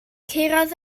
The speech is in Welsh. curodd